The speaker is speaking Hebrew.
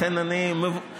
לכן אני ממוקד.